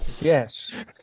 Yes